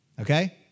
Okay